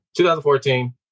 2014